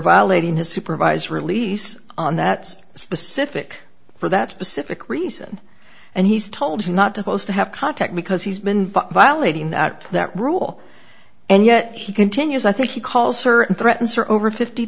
violating his supervised release on that's specific for that specific reason and he's told you not to post to have contact because he's been violating the act that rule and yet he continues i think he calls her and threatens her over fifty